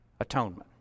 atonement